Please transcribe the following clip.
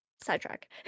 sidetrack